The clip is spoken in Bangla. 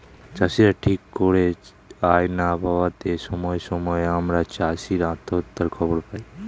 চাষীরা ঠিক করে আয় না পাওয়াতে সময়ে সময়ে আমরা চাষী আত্মহত্যার খবর পাই